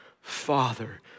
father